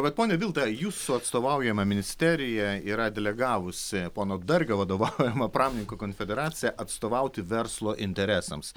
bet pone vilta jūsų atstovaujama ministerija yra delegavusi pono dargio vadovaujama pramonininkų konfederacija atstovauti verslo interesams